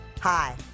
Hi